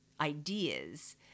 ideas